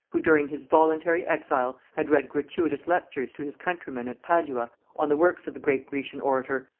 who during his voluntary exile had read gratuitous lectures to his countrymen at padua on the works of the great grecian orator,